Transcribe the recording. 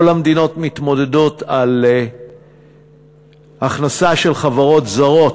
כל המדינות מתמודדות על הכנסה של חברות זרות,